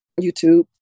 youtube